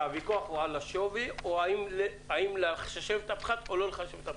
הוויכוח הוא על השווי או האם על לחשב את הפחת או לא לחשב את הפחת?